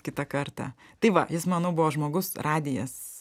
kitą kartą tai va jis manau buvo žmogus radijas